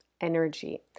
energy